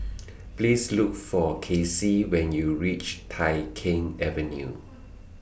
Please Look For Kacey when YOU REACH Tai Keng Avenue